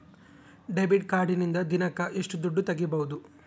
Debit ಕಾರ್ಡಿನಿಂದ ದಿನಕ್ಕ ಎಷ್ಟು ದುಡ್ಡು ತಗಿಬಹುದು?